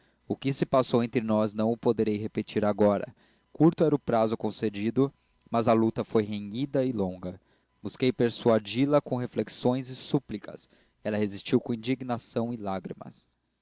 que se passou entre nós não o poderei repetir agora curto era o prazo concedido mas a luta foi renhida e longa busquei persuadi la com reflexões e súplicas ela resistiu com indignação e lágrimas